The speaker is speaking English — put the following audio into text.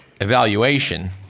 evaluation